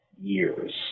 years